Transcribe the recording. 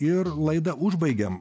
ir laidą užbaigiam